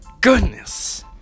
goodness